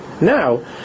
Now